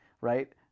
right